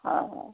হয় হয়